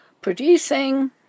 producing